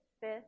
Fifth